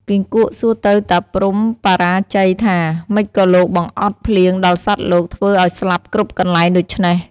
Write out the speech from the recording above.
គីង្គក់សួរទៅតាព្រហ្មបរាជ័យថា “ ម៉េចក៏លោកបង្អត់ភ្លៀងដល់សត្វលោក ធ្វើ ឱ្យស្លាប់គ្រប់កន្លែងដូច្នេះ?។